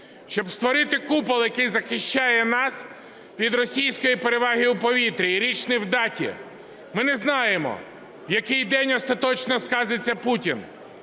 щоб створити купол, який захищає нас від російської переваги у повітрі. І річ не в даті, ми не знаємо, в який день остаточно сказиться Путін,